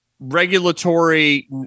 Regulatory